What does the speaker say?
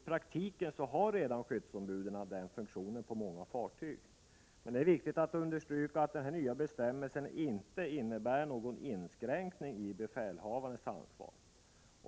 I praktiken har skyddsombuden redan den funktionen på många fartyg. Men det är viktigt att understryka att den nya bestämmelsen inte innebär någon inskränkning i befälhavarens ansvar.